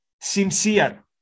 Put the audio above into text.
sincere